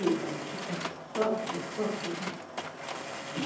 ठीकु आहे ठीकु आहे ओके ओके थैक्यूं